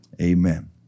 Amen